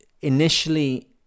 initially